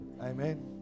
Amen